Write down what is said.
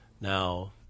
Now